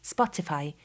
Spotify